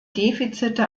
defizite